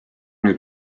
nüüd